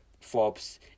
Forbes